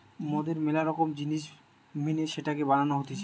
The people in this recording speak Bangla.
মদের ম্যালা রকম জিনিস মেনে সেটাকে বানানো হতিছে